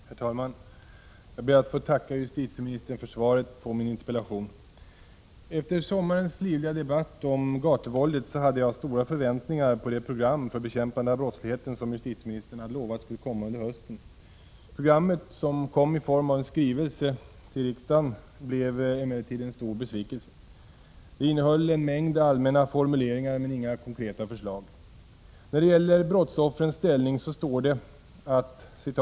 Herr talman! Jag ber att få tacka justitieministern för svaret på min interpellation. Efter sommarens livliga debatt om gatuvåldet hade jag stora förväntningar på det program för bekämpande av brottsligheten som justitieministern hade lovat skulle komma under hösten. Programmet, som kom i form av en skrivelse till riksdagen, blev emellertid en stor besvikelse. Det innehöll en mängd allmänna formuleringar, men inga konkreta förslag. När det gäller brottsoffrens ställning står det att ”arbetet på att stärka Prot.